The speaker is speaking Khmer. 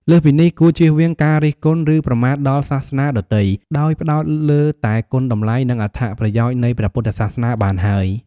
លើសពីនេះ គួរជៀសវាងការរិះគន់ ឬប្រមាថដល់សាសនាដទៃ ដោយផ្តោតលើតែគុណតម្លៃ និងអត្ថប្រយោជន៍នៃព្រះពុទ្ធសាសនាបានហើយ។